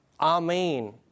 Amen